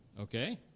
Okay